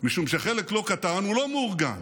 משום שחלק לא קטן הוא לא מאורגן,